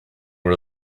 rid